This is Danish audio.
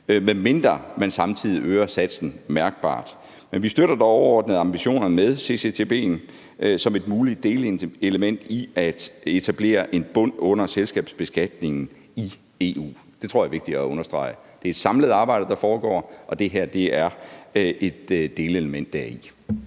medmindre man samtidig øger satsen mærkbart. Men vi støtter dog overordnet ambitionerne med CCCTB'en som et muligt delelement i at etablere en bund under selskabsbeskatningen i EU. Det tror jeg er vigtigt at understrege. Det er et samlet arbejde, der foregår, og det her er et delelement deri.